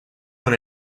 con